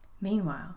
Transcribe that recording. Meanwhile